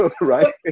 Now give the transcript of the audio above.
right